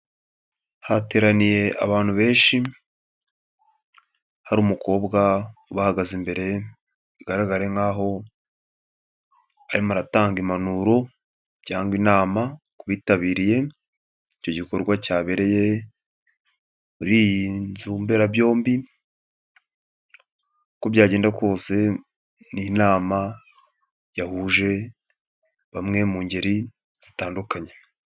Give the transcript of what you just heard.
Hateraniye abantu benshi, hari umukobwa ubahagaze imbere bigaragare nkaho arimo aratanga impanuro cyangwa inama ku bitabiriye. Icyo gikorwa cyabereye mu inzumberabyombi uko byagenda kose ni inama yahuje bamwe mu ngeri zitandukanye.